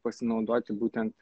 pasinaudoti būtent